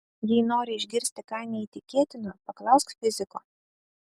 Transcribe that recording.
jei nori išgirsti ką neįtikėtino paklausk fiziko